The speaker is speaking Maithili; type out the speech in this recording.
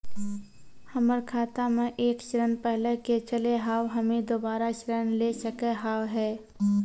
हमर खाता मे एक ऋण पहले के चले हाव हम्मे दोबारा ऋण ले सके हाव हे?